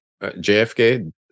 JFK